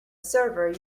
server